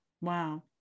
Wow